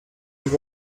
have